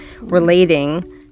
relating